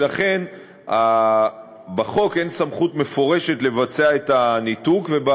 ולכן בחוק אין סמכות מפורשת לבצע את הניתוק.